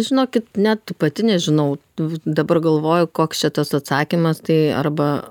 žinokit net pati nežinau u dabar galvoju koks čia tas atsakymas tai arba